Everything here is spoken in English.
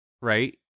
right